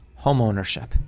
homeownership